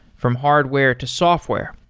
from hardware to software,